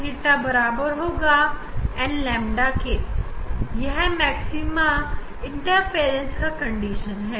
d sin theta बराबर होगा n lambda के यह मैक्सिमा इंटरफ्रेंस का कंडीशन है